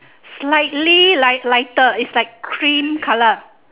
slightly light lighter it's like cream colour